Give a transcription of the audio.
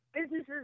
businesses